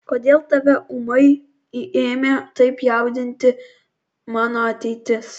kodėl tave ūmai ėmė taip jaudinti mano ateitis